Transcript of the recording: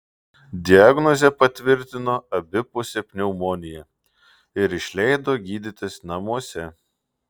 diagnozę patvirtino abipusė pneumonija ir išleido gydytis namuose